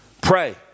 Pray